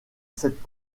cette